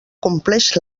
compleix